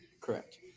Correct